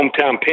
hometown